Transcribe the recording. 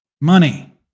money